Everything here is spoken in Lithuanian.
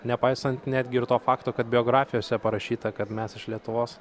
nepaisant netgi ir to fakto kad biografijose parašyta kad mes iš lietuvos